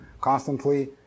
constantly